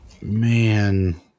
man